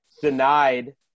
denied